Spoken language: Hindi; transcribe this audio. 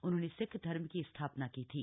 उन्होंने सिख धर्म की स्थापना की थी